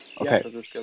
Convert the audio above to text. Okay